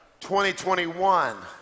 2021